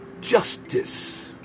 justice